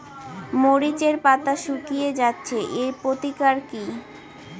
মরিচের পাতা শুকিয়ে যাচ্ছে এর প্রতিকার কি?